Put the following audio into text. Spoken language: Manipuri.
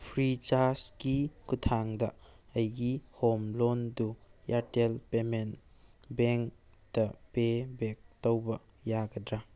ꯐ꯭ꯔꯤꯆꯥꯔꯁꯀꯤ ꯈꯨꯊꯥꯡꯗ ꯑꯩꯒꯤ ꯍꯣꯝ ꯂꯣꯟꯗꯨ ꯏꯌꯔꯇꯦꯜ ꯄꯦꯃꯦꯟ ꯕꯦꯡꯗ ꯄꯦꯕꯦꯛ ꯇꯧꯕ ꯌꯥꯒꯗ꯭ꯔꯥ